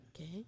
Okay